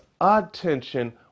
attention